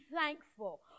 thankful